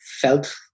felt